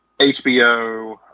HBO